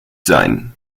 sein